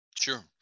sure